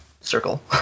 circle